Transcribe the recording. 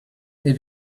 did